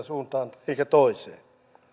suuntaan eikä toiseen